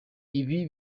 ibi